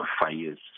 fires